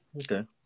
Okay